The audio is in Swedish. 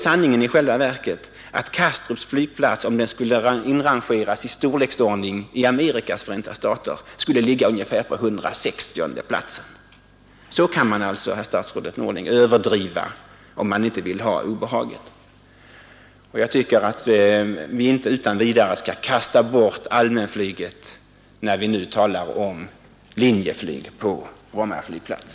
Sanningen är i själva verket att Kastrups flygplats, om den skulle inrangeras i storleksordning bland flygplatserna i Amerikas förenta stater, skulle ligga ungefär på etthundrasextionde plats. Så kan man alltså, herr statsrådet Norling, överdriva om man inte vill ha obehaget. Jag tycker inte att vi utan vidare skall kasta bort allmänflyget, när vi nu talar om Linjeflyg på Bromma flygplats.